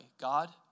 God